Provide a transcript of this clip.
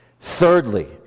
Thirdly